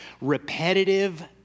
repetitive